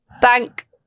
Bank